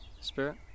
spirit